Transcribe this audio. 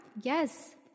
Yes